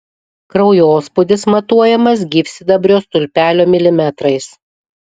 kraujospūdis matuojamas gyvsidabrio stulpelio milimetrais